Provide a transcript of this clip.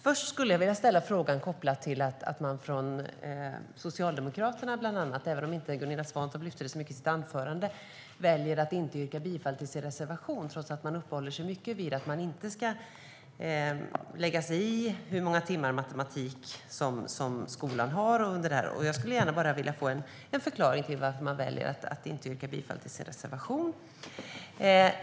Först vill jag ställa en fråga kopplad till att Socialdemokraterna - även om Gunilla Svantorp valde att inte lyfta fram det så mycket i sitt anförande - väljer att inte yrka bifall till sin reservation, trots att man uppehåller sig mycket vid att man inte ska lägga sig i hur många timmar matematik skolan ska ha. Jag skulle gärna vilja ha en förklaring till varför man väljer att inte yrka bifall till sin reservation.